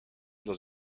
dans